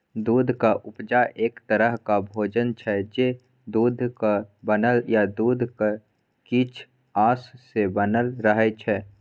दुधक उपजा एक तरहक भोजन छै जे दुधक बनल या दुधक किछ अश सँ बनल रहय छै